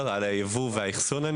על היבוא והאחסון.